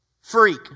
freak